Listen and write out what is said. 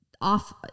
off